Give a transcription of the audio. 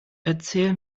erzähl